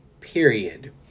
period